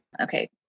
Okay